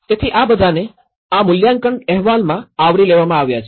તેથી આ બધાને આ મૂલ્યાંકન અહેવાલમાં આવરી લેવામાં આવ્યા છે